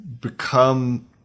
become